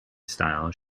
style